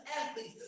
athletes